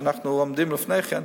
שאנחנו עומדים לפני כן,